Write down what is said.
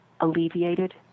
alleviated